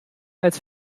als